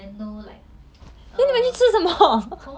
ya then we went to 那种 err